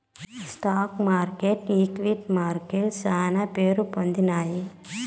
stock మార్కెట్లు equity మార్కెట్లు శానా పేరుపొందినాయి